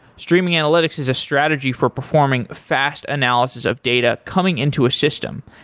streaming analytics is a strategy for performing fast analysis of data coming into a system.